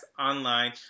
online